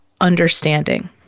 understanding